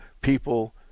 people